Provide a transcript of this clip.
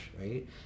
right